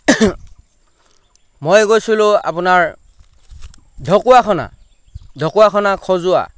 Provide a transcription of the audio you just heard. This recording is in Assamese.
মই গৈছিলোঁ আপোনাৰ ঢকুৱাখানা ঢকুৱাখানা খজোৱা